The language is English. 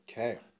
Okay